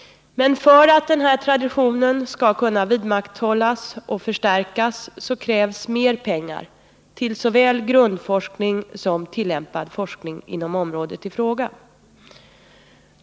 Men för att denna tradition skall kunna vidmakthållas och förstärkas krävs mer pengar till såväl grundforskning som tillämpad forskning inom området i fråga.